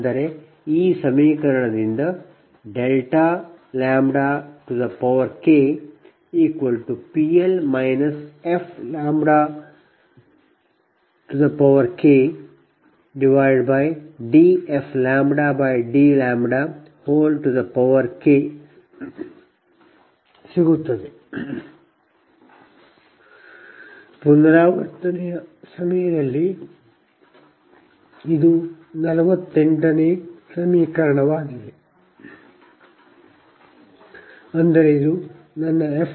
ಅಂದರೆ ಈ ಸಮೀಕರಣದಿಂದ KPL fKdfdλK ಸಿಗುತ್ತದೆ ಪುನರಾವರ್ತನೆಯ ಇದು 48ನೇ ಸಮೀಕರಣವಾಗಿದೆ ಅಂದರೆ ಇದು f